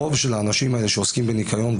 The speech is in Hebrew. הרוב של האנשים האלה שעוסקים בניקיון,